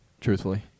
truthfully